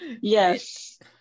Yes